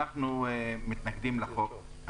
אנחנו מתנגדים לחוק.